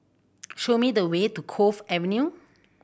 show me the way to Cove Avenue